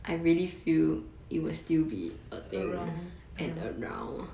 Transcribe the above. around ya